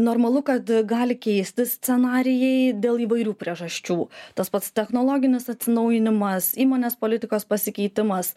normalu kad gali keistis scenarijai dėl įvairių priežasčių tas pats technologinis atsinaujinimas įmonės politikos pasikeitimas